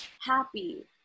happy